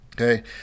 Okay